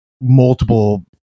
multiple